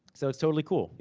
so, it's totally cool. you